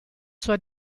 sua